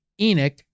Enoch